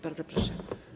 Bardzo proszę.